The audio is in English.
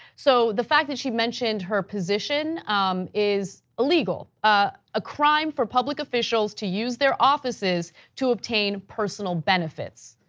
so the fact that she mentioned her position um is a legal. ah a crime for public officials to use their offices to obtain personal benefits,